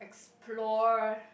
explore